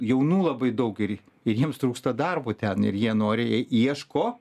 jaunų labai daug ir ir jiems trūksta darbo ten ir jie noriai ieško